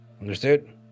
Understood